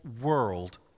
world